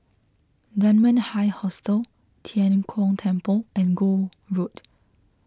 Dunman High Hostel Tian Kong Temple and Gul Road